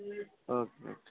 okay